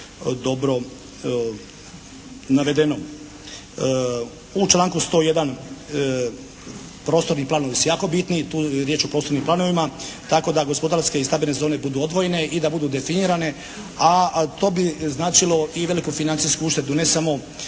dobro navedeno. U članku 101. prostorni planovi su jako bitni. Tu je riječ o prostornim planovima tako da gospodarske i stambene zone budu odvojene i da budu definirane, a to bi značilo i veliku financijsku uštedu ne samo